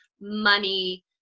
money